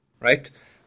right